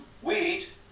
wheat